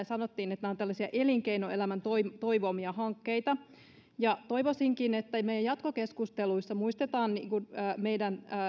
sanottiin että nämä ovat tällaisia elinkeinoelämän toivomia hankkeita toivoisinkin että me jatkokeskusteluissa muistamme niin kuin meidän